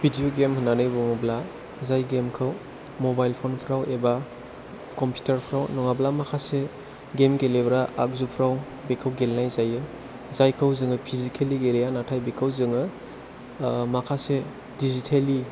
video game होननानै बुङोब्ला जाय गेम खौ मबाइल फ'न फोराव एबा कम्पिउटार फ्राव नङाब्ला माखासे गेम गेलेग्रा आगजुफोराव बेखौ गेलेनाय जायो जायखौ जोङो फिजिकेलि गेलेया नाथाय बेखौ जोङो माखासे डिजिटेलि